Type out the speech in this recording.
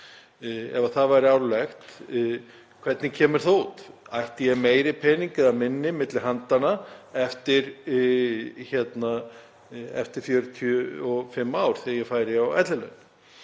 10%, það væri árlegt, hvernig kemur það út? Ætti ég meiri pening eða minni milli handanna eftir 45 ár þegar ég færi á